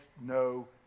no